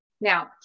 Now